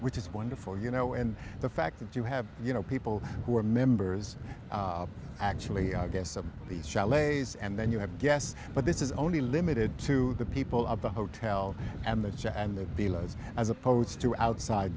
which is wonderful you know and the fact that you have you know people who are members actually i guess of these chalets and then you have guests but this is only limited to the people of the hotel and the chair and the bellows as opposed to outside